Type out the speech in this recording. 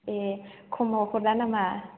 ए खमाव हरा नामा